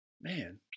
man